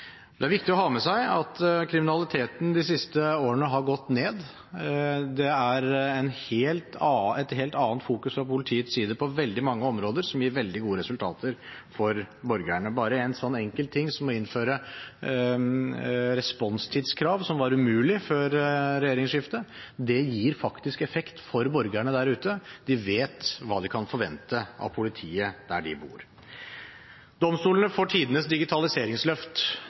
Det er viktig å ha med seg at kriminaliteten de siste årene har gått ned. Det er et helt annet fokus fra politiets side på veldig mange områder, som gir veldig gode resultater for borgerne. Bare en enkelt ting som å innføre responstidskrav, som var umulig før regjeringsskiftet, gir faktisk effekt for borgerne der ute. De vet hva de kan forvente av politiet der de bor. Domstolene får tidenes digitaliseringsløft.